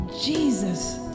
Jesus